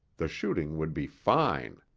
the shooting would be fine.